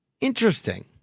Interesting